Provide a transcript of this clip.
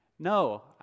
No